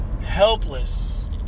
helpless